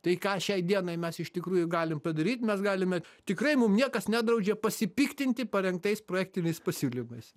tai ką šiai dienai mes iš tikrųjų galim padaryt mes galime tikrai mum niekas nedraudžia pasipiktinti parengtais projektiniais pasiūlymais